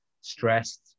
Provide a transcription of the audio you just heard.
stressed